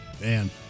Man